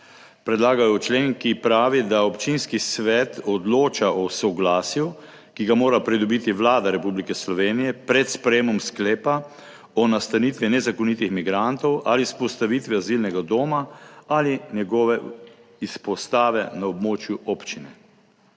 Predlagajo člen, ki pravi, da občinski svet odloča o soglasju, ki ga mora pridobiti Vlada Republike Slovenije pred sprejemom sklepa o nastanitvi nezakonitih migrantov ali vzpostavitvi azilnega doma ali njegove izpostave na območju občine.